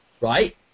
right